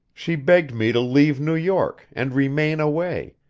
she begged me to leave new york and remain away,